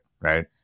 right